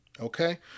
okay